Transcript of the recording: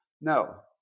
No